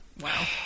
Wow